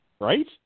Right